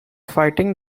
fighting